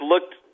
looked